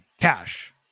Cash